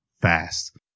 fast